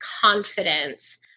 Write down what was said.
confidence